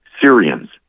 Syrians